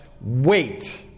wait